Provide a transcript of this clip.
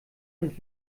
und